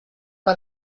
pas